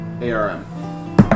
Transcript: A-R-M